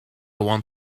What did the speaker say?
want